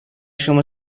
شما